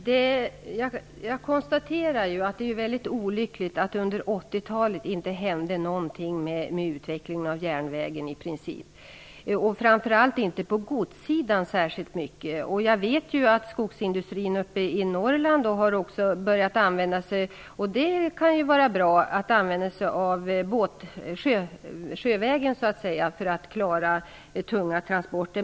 Fru talman! Jag konstaterar att det är olyckligt att det inte hände något under 80-talet i fråga om att utveckla järnvägstransporter. Framför allt hände inte särskilt mycket på godssidan. Jag vet att skogsindustrin i Norrland har börjat använda sig av sjövägen för att klara tunga transporter. Det kan ju vara bra.